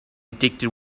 addicted